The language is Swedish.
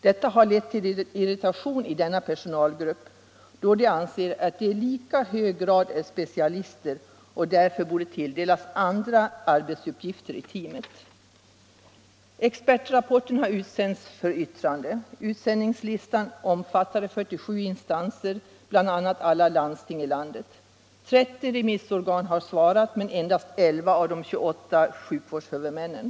Detta har lett till irritation i denna personalgrupp, då de som ingår i den anser att de i lika hög grad är specialister och därför borde tilldelas andra arbetsuppgifter i teamet. Expertrapporten har utsänts för yftrande. Utsändningslistan omfattade 47 instanser, bl.a. alla landsting i landet. 30 remissorgan har svarat men endast 11 av de 28 sjukvårdshuvudmännen.